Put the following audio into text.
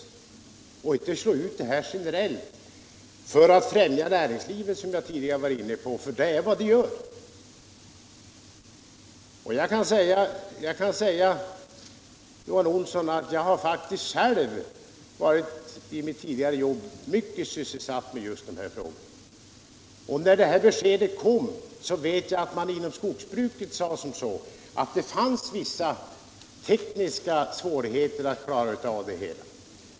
Man kan inte slå ut stödet generellt för att främja näringslivet. Jag kan tala om för herr Olsson att jag i mitt tidigare arbete har varit mycket sysselsatt med just dessa frågor. Jag vet att man inom skogsbruket när detta besked kom sade att det fanns vissa tekniska svårigheter att klara av det hela.